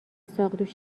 ساقدوش